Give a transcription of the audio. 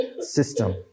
system